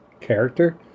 character